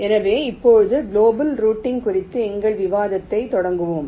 எனவே இப்போது global routing குறித்த எங்கள் விவாதத்தைத் தொடங்குவோம்